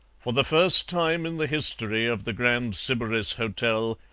for the first time in the history of the grand sybaris hotel,